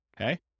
okay